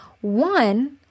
one